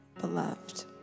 beloved